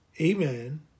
Amen